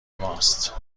ماست